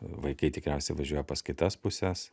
vaikai tikriausiai važiuoja pas kitas puses